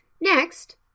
Next